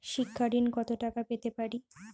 শিক্ষা ঋণ কত টাকা পেতে পারি?